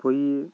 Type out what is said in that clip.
పోయి